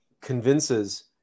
convinces